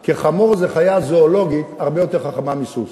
כי חמור זו חיה, זואולוגית, הרבה יותר חכמה מסוס.